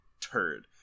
turd